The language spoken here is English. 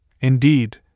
Indeed